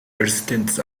residents